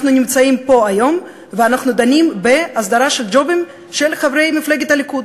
אנחנו נמצאים פה היום ואנחנו דנים בהסדרה של ג'ובים לחברי מפלגת הליכוד.